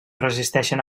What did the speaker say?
resisteixen